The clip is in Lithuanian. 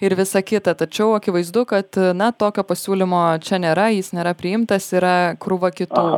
ir visa kita tačiau akivaizdu kad na tokio pasiūlymo čia nėra jis nėra priimtas yra krūva kitų